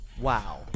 Wow